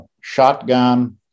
shotgun